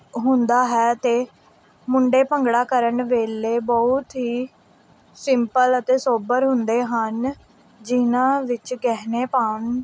ਹੁੰਦਾ ਹੈ ਅਤੇ ਮੁੰਡੇ ਭੰਗੜਾ ਕਰਨ ਵੇਲੇ ਬਹੁਤ ਹੀ ਸਿੰਪਲ ਅਤੇ ਸੋਬਰ ਹੁੰਦੇ ਹਨ ਜਿਨ੍ਹਾਂ ਵਿੱਚ ਗਹਿਣੇ ਪਾਉਣ